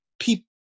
people